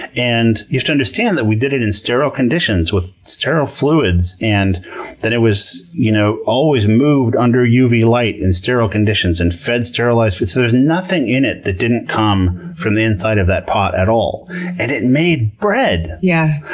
you have to understand that we did it in sterile conditions, with sterile fluids, and that it was you know always moved under uv light and sterile conditions, and fed sterilized food. so there's nothing in it that didn't come from the inside of that pot at all and it made bread! yeah